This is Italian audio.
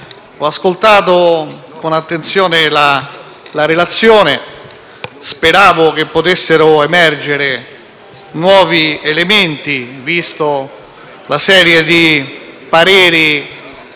ho ascoltato con attenzione la relazione; speravo potessero emergere nuovi elementi, vista la serie di giudizi